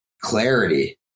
clarity